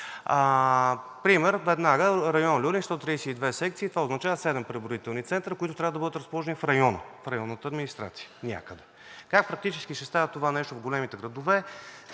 Пример веднага: район „Люлин“ – 132 секции, това означава 7 преброителни центъра, които трябва да бъдат разположени в района, в районната администрация някъде. Как практически ще става това нещо в големите градове?